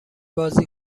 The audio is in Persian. بازی